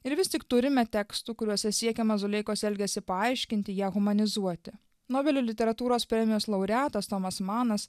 ir vis tik turime tekstų kuriuose siekiama zuleikos elgesį paaiškinti ją humanizuoti nobelio literatūros premijos laureatas tomas manas